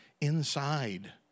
inside